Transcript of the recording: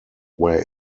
where